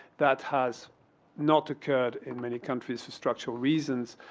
that has not occurred in many countries for structural regions.